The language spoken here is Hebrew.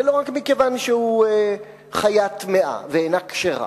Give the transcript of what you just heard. ולא רק משום שהוא חיה טמאה ואינה כשרה.